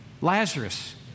Lazarus